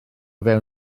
fewn